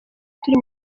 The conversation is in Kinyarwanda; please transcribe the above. turi